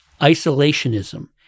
Isolationism